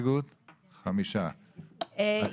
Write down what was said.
5. הצבעה לא אושר ההסתייגות נפלה.